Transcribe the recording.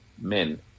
men